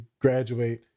graduate